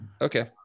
Okay